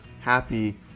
happy